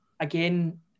Again